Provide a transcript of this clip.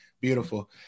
beautiful